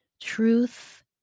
truth